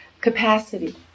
capacity